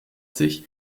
sich